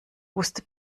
wusste